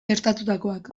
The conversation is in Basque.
gertatutakoak